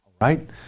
right